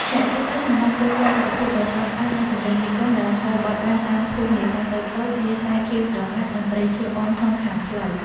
អ្នកជិះកង់នឹងបានគយគន់ទិដ្ឋភាពដ៏ស្រស់ស្អាតនៃទន្លេមេគង្គដែលហូរបត់បែនតាមភូមិនេសាទតូចៗ វាលស្រែខៀវស្រងាត់ និងព្រៃឈើអមសងខាងផ្លូវ។